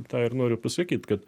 tą ir noriu pasakyt kad